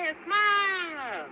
smile